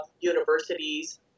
universities